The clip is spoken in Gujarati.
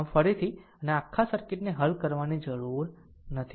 આમ ફરીથી અને આખા સર્કિટને હલ કરવાની જરૂર નથી